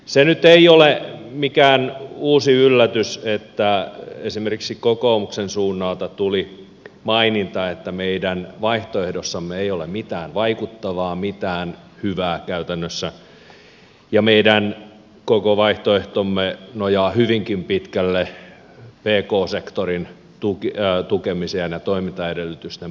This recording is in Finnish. se nyt ei ole mikään uusi yllätys että esimerkiksi kokoomuksen suunnalta tuli maininta että meidän vaihtoehdossamme ei ole mitään vaikuttavaa mitään hyvää käytännössä ja meidän koko vaihtoehtomme nojaa hyvinkin pitkälle pk sektorin tukemiseen ja toimintaedellytysten parantamiseen